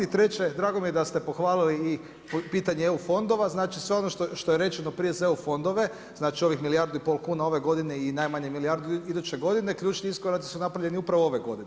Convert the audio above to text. I treće, drago mi je da ste pohvalili i pitanje EU fondova, znači sve ono što je rečeno prije za EU fondove, znači milijardu i pol kuna ove godine i najmanje milijardu iduće godine, ključni iskoraci su napravljeni upravo ove godine.